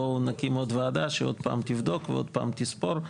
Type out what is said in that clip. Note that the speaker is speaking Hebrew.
בואו נקים עוד ועדה שעוד פעם תבדוק ועוד פעם תספור,